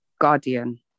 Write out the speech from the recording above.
guardian